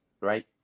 right